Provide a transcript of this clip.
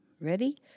Ready